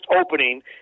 opening